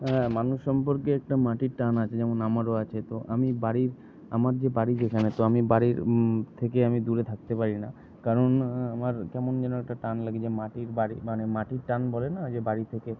হ্যাঁ মানুষ সম্পর্কে একটা মাটির টান আছে যেমন আমারও আছে তো আমি বাড়ির আমার যে বাড়ি যেখানে তো আমি বাড়ির থেকে আমি দূরে থাকতে পারি না কারণ আমার কেমন যেন একটা টান লাগে যে মাটির বাড়ি মানে মাটির টান বলে না ঐ যে বাড়ি থেকে